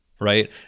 right